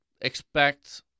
expect